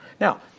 Now